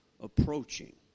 approaching